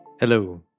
Hello